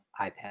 ipad